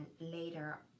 later